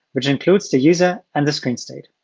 which includes the user and the screen state.